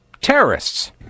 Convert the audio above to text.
terrorists